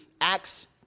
Acts